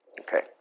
Okay